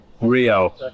Rio